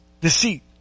Deceit